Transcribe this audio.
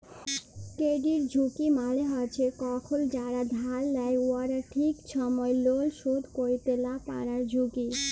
credit ঝুঁকি মালে হছে কখল যারা ধার লেয় উয়ারা ঠিক ছময় লল শধ ক্যইরতে লা পারার ঝুঁকি